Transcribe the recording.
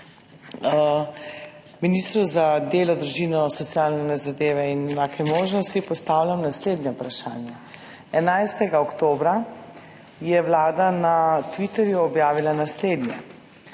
Ministru za delo, družino, socialne zadeve in enake možnosti postavljam naslednje vprašanje. 11. oktobra je Vlada na Twitterju objavila naslednje,